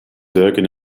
duiken